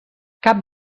cap